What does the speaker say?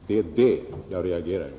Det är det som jag reagerat mot.